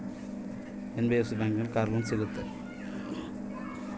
NBFC ಬ್ಯಾಂಕಿನಲ್ಲಿ car loan ಸಿಗುತ್ತಾ?